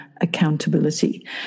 accountability